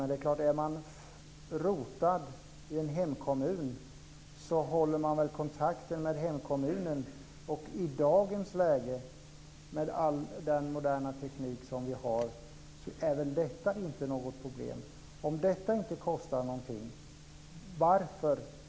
Men är man rotad i en hemkommun håller man väl kontakten med hemkommunen. I dagens läge med all den moderna teknik vi har är detta inte något problem. Det kostar inte någonting.